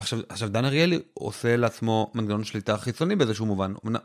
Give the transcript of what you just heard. עכשיו דן אריאלי עושה לעצמו מנגנון שליטה חיצוני באיזשהו מובן.